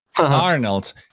Arnold